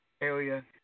area